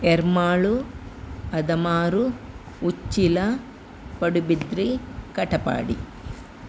Ermal Adamaru Uchila Padubidri Katapadi